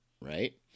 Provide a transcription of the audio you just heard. Right